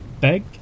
big